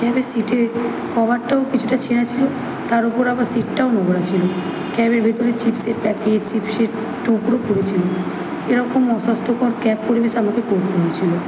ক্যাবের সিটের কভারটাও কিছুটা ছেঁড়া ছিলো তার উপর আবার সিটটাও নোংরা ছিলো ক্যাবের ভেতরে চিপ্সের প্যাকেট চিপ্সের টুকরো পড়েছিলো এরকম অস্বাস্থ্যকর ক্যাব পরিবেশে আমাকে পড়তে হয়েছিলো